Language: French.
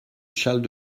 charles